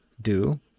do-